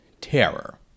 terror